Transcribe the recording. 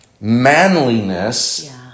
manliness